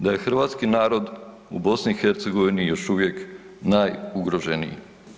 Da je hrvatski narod u BiH još uvijek najugroženiji.